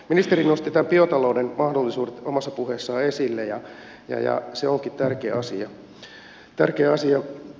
ministeri nosti tämän biotalouden mahdollisuudet omassa puheessaan esille ja se onkin tärkeä asia